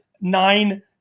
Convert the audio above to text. nine